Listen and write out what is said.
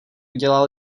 dělal